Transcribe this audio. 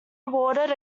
awarded